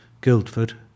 Guildford